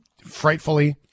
frightfully